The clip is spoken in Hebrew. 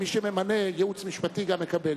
מי שממנה ייעוץ משפטי, גם מקבל.